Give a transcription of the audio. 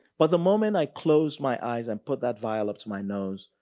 but the moment i closed my eyes and put that vile up to my nose,